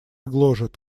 гложет